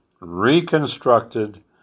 reconstructed